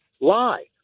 lie